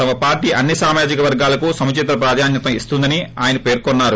తమ పార్టీ అన్ని సామాజిక వర్గాలకు సముచిత ప్రాధాన్యం ఇస్తుందని ఆయన పెర్కున్నారు